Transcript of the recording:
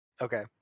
Okay